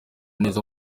neza